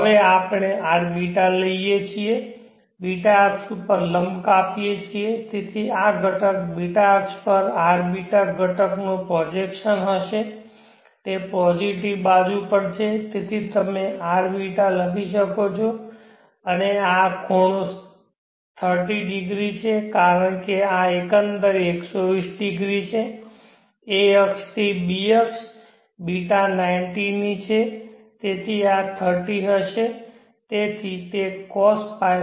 હવે આપણે Rβ લઈએ છીએ b અક્ષ ઉપર લંબ કાપીએ છીએ તેથી આ ઘટક b અક્ષ પર Rβ ઘટકનો પ્રોજેક્શન હશે તે પોઝિટિવ બાજુ પર છે તેથી તમે Rβ લખી શકો છો અને આ ખૂણો 30 ડિગ્રી છે કારણ કે આ આ એકંદરે 120 ડિગ્રી છે a અક્ષથી b અક્ષ β 90 ની છે તેથી આ 30 હશે તેથી તે cosπ6 છે